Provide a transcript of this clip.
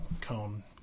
cone